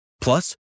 Plus